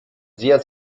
sehr